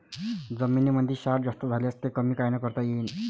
जमीनीमंदी क्षार जास्त झाल्यास ते कमी कायनं करता येईन?